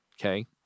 okay